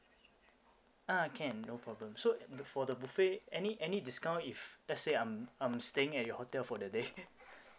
ah can no problem so for the buffet any any discount if let's say I'm I'm staying at your hotel for the day